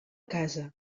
casa